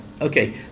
Okay